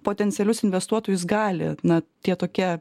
potencialius investuotojus gali na tie tokie